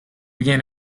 began